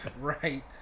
Right